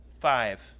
five